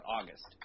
August